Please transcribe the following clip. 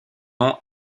nom